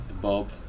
Bob